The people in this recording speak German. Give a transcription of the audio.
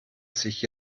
sich